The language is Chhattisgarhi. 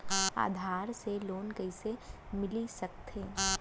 आधार से लोन कइसे मिलिस सकथे?